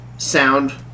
sound